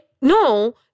No